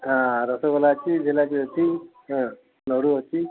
ହଁ ରସଗୋଲା ଅଛି ଜିଲାପି ଅଛି ହଁ ଲଡ଼ୁ ଅଛି